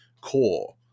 core